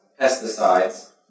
pesticides